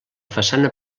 façana